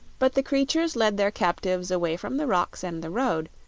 but the creatures led their captives away from the rocks and the road,